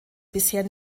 bisher